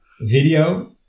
video